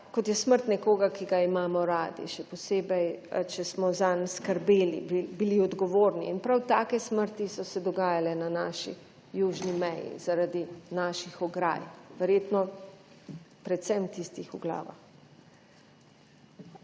kot je smrt nekoga, ki ga imamo radi, še posebej, če smo zanj skrbeli, bi bili odgovorni. In prav take smrti so se dogajale na naši južni meji zaradi naših ograj, verjetno predvsem tistih v glavah.